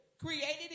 created